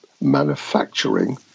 manufacturing